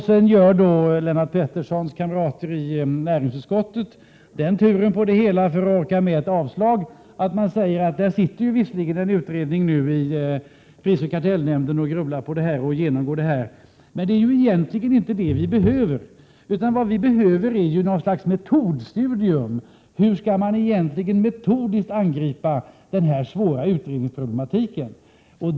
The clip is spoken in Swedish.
Sedan gör Lennart Petterssons kamrater i näringsutskottet den turen för att orka med ett avslagsyrkande på motionerna, att de noterar att man inom prisoch kartellnämnden håller på och utreder och grubblar över detta. Egentligen är det inte en utredning vi behöver, utan vad vi behöver är något slags studium av hur man metodiskt skall angripa denna svåra problematik.